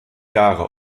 jahre